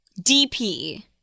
DP